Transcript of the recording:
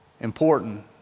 important